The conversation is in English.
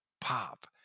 pop